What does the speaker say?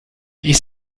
ich